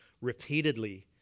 repeatedly